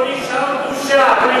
לא נשארה בושה.